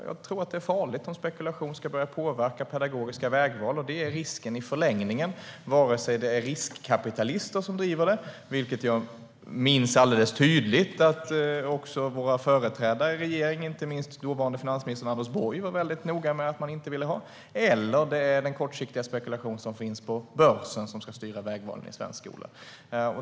Jag tror att det är farligt om spekulation ska börja påverka pedagogiska vägval, och det är risken i förlängningen, oavsett om det är riskkapitalister som driver på - detta minns jag alldeles tydligt att föregående regering, inte minst dåvarande finansminister Anders Borg, var väldigt noga med att man inte ville ha - eller om det är den kortsiktiga spekulationen på börsen som ska styra vägvalen i svensk skola.